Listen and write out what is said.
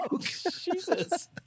Jesus